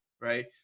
right